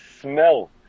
smell